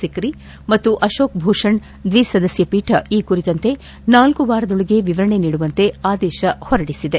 ಪಿಕ್ರಿ ಹಾಗೂ ಅಶೋಕ್ ಭೂಷಣ್ ದ್ವಿಸದಸ್ಯ ಪೀಠ ಈ ಕುರಿತಂತೆ ನಾಲ್ಲು ವಾರದೊಳಗೆ ವಿವರಣೆ ನೀಡುವಂತೆ ಆದೇಶ ಹೊರಡಿಸಿದೆ